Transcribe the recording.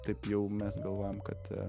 taip jau mes galvojam kad